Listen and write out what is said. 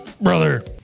Brother